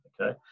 okay